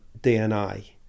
DNA